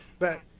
but,